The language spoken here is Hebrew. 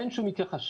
אין שום התייחסות,